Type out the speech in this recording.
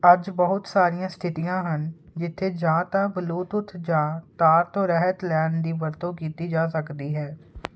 ਅੱਜ ਬਹੁਤ ਸਾਰੀਆਂ ਸਥਿਤੀਆਂ ਹਨ ਜਿੱਥੇ ਜਾਂ ਤਾਂ ਬਲੂਟੁੱਥ ਜਾਂ ਤਾਰ ਤੋਂ ਰਹਿਤ ਲੈਣ ਦੀ ਵਰਤੋਂ ਕੀਤੀ ਜਾ ਸਕਦੀ ਹੈ